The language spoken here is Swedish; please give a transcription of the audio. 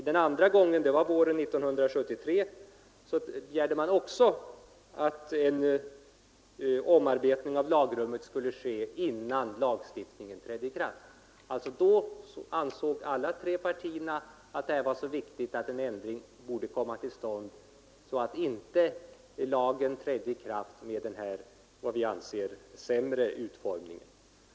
Den andra gången — det var våren 1973 — begärde reservanterna också att en omarbetning av lagrummet skulle ske innan lagstiftningen trädde i kraft. Då ansåg alla tre partierna att det var viktigt att en ändring kom till stånd så att inte lagen trädde i kraft med den som vi anser sämre utformningen.